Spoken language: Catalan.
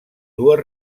dues